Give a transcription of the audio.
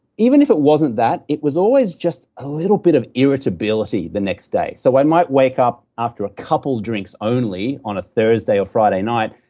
even if it wasn't that, it was always just a little bit of irritability the next day. so i might wake up after a couple drinks only, on a thursday or friday night,